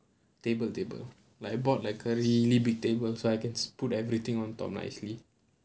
table table like I bought a really big table so I can s~ put everything on top nicely